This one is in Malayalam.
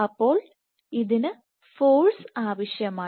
അപ്പോൾ ഇതിന് ഫോഴ്സ് ആവശ്യമാണ്